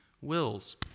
wills